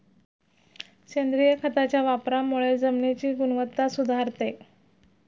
सेंद्रिय खताच्या वापरामुळे जमिनीची गुणवत्ता सुधारते